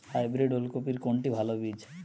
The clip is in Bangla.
হাইব্রিড ওল কপির কোনটি ভালো বীজ?